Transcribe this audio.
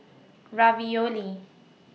Ravioli